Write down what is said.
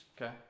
Okay